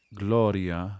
gloria